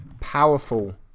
Powerful